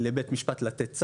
לבית משפט לתת צו,